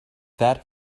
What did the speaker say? that